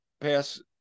pass